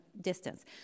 Distance